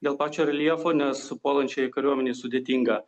dėl pačio reljefo nes puolančiai kariuomenei sudėtinga